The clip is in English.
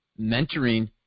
mentoring